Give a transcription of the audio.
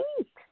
eat